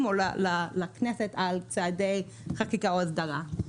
או לכנסת על צעדי חקיקה או הסדרה.